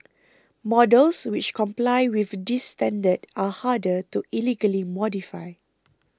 models which comply with this standard are harder to illegally modify